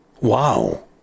wow